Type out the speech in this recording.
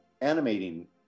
animating